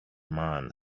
man